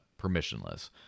permissionless